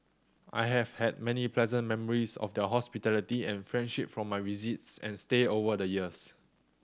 I have had many pleasant memories of their hospitality and friendship from my visits and stay over the years